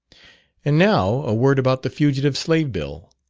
and now a word about the fugitive slave bill.